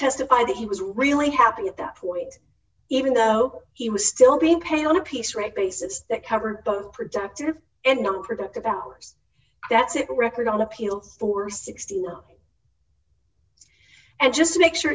testify that he was really happy at that point even though he was still being paid on a piece rate basis that covered both productive and nonproductive hours that's a record on appeal for sixty and just to make sure